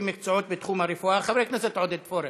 מקצועות בתחום הרפואה והבריאות (תיקוני חקיקה),